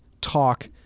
talk